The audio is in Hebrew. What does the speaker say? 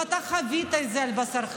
אתה חווית את זה על בשרך,